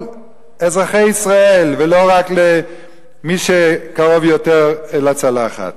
אזרחי ישראל ולא רק למי שקרוב יותר לצלחת.